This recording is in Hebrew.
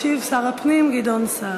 ישיב שר הפנים גדעון סער.